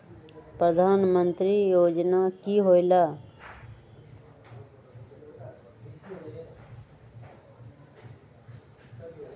प्रधान मंत्री योजना कि होईला?